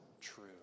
true